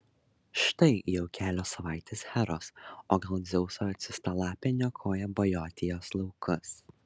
štai jau kelios savaitės heros o gal dzeuso atsiųsta lapė niokoja bojotijos laukus